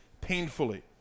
painfully